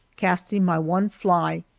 casting my one fly,